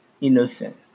innocent